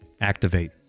activate